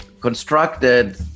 constructed